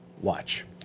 watch